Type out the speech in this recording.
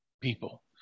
people